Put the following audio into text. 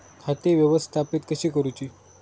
खाती व्यवस्थापित कशी करूची?